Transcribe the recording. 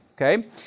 Okay